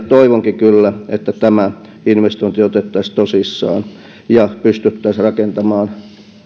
toivonkin kyllä että tämä investointi otettaisiin tosissaan ja pystyttäisiin rakentamaan